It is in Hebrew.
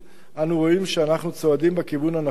אנו רואים שאנחנו צועדים בכיוון הנכון,